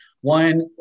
one